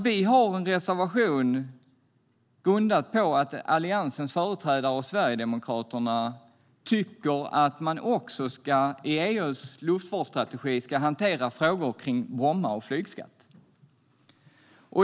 Vår reservation grundar sig på att Alliansen och Sverigedemokraterna tycker att EU:s luftfartsstrategi också ska hantera frågor om Bromma och flygskatt.